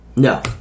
No